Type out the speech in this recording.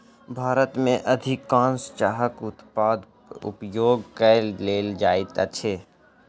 भारत में अधिकाँश चाहक उत्पाद उपयोग कय लेल जाइत अछि